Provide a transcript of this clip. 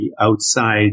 outside